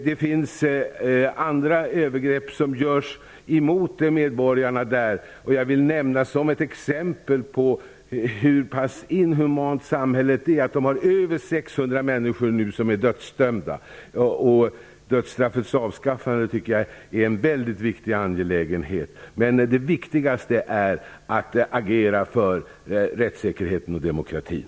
Det sker övergrepp mot medborgarna. Jag vill nämna ett exempel på hur inhumant samhället är. Över 600 människor är dödsdömda. Dödsstraffets avskaffande är en viktig angelägenhet, men det viktigaste är att agera för rättssäkerheten och demokratin.